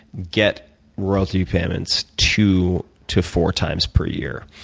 get royalty payments two to four times per year.